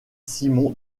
simon